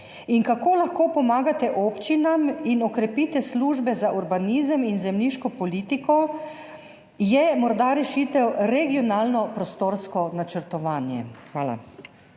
Kako lahko pomagate občinam in okrepite službe za urbanizem in zemljiško politiko, je morda rešitev regionalno prostorsko načrtovanje? Hvala.